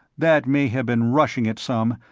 that may have been rushing it some,